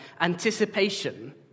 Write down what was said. anticipation